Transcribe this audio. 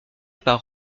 par